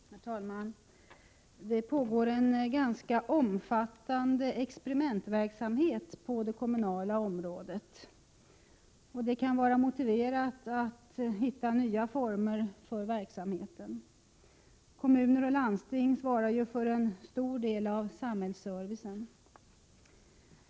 Herr talman! Det pågår en ganska omfattande experimentverksamhet på det kommunala området. Det kan vara motiverat för att finna nya former för verksamheten. Kommuner och landsting svarar för en stor del av samhällsservicen.